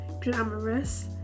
glamorous